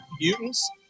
mutants